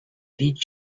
did